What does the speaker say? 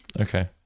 Okay